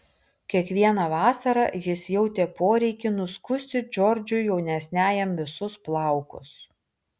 kiekvieną vasarą jis jautė poreikį nuskusti džordžui jaunesniajam visus plaukus